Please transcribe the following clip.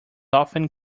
often